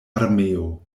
armeo